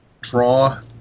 draw